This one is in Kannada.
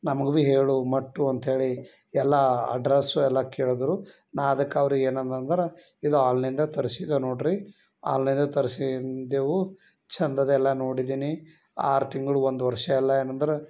ನಮಗೆ ಭಿ ಹೇಳು ಮಟ್ಟು ಅಂತ ಹೇಳಿ ಎಲ್ಲ ಅಡ್ರಸ್ಸು ಎಲ್ಲ ಕೇಳಿದ್ರು ನಾ ಅದಕ್ಕೆ ಅವರಿಗೆ ಏನಂದೆ ಅಂದ್ರೆ ಇದು ಆನ್ಲೈನ್ದಾಗ ತರ್ಸಿದೆ ನೋಡಿರಿ ಆನ್ಲೈನ್ದಾಗ ತರಿಸಿದೆವು ಚಂದದ ಎಲ್ಲ ನೋಡಿದಿನಿ ಆರು ತಿಂಗಳು ಒಂದು ವರ್ಷ ಎಲ್ಲ ಏನಂದ್ರೆ